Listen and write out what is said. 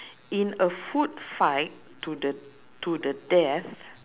in a food fight to the to the death